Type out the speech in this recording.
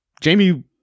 Jamie